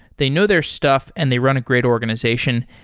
they know their stuff and they run a great organization.